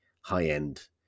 high-end